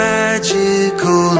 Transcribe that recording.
magical